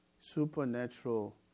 supernatural